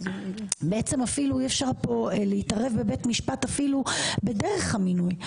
בעצם אי אפשר להתערב בבית משפט אפילו בדרך המינוי,